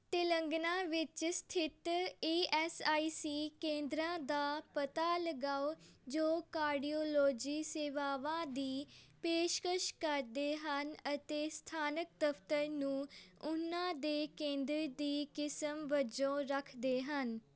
ਤੇਲੰਗਾਨਾ ਵਿੱਚ ਸਥਿਤ E S I C ਕੇਂਦਰਾਂ ਦਾ ਪਤਾ ਲਗਾਓ ਜੋ ਕਾਰਡੀਓਲੋਜੀ ਸੇਵਾਵਾਂ ਦੀ ਪੇਸ਼ਕਸ਼ ਕਰਦੇ ਹਨ ਅਤੇ ਸਥਾਨਕ ਦਫਤਰ ਨੂੰ ਉਹਨਾਂ ਦੇ ਕੇਂਦਰ ਦੀ ਕਿਸਮ ਵਜੋਂ ਰੱਖਦੇ ਹਨ